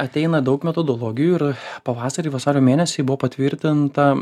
ateina daug metodologijų ir pavasarį vasario mėnesį buvo patvirtinta